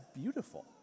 beautiful